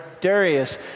Darius